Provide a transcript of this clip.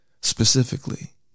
specifically